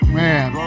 man